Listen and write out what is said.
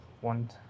one